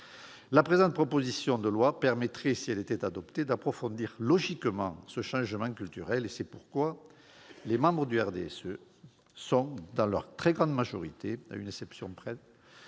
La présente proposition de loi permettrait, si elle était adoptée, d'approfondir logiquement ce changement culturel. C'est la raison pour laquelle les membres du groupe du RDSE sont, dans leur très grande majorité- à une exception près